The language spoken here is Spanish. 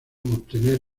obtener